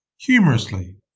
humorously